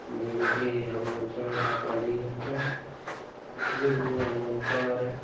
ଯେମିତିକ ଆମ ଅଞ୍ଚଳଟା ପଲ୍ଲେଇ ଅଞ୍ଚଳ ସେଥିଯୋଗୁଁ ଆମ ଅଞ୍ଚଳରେ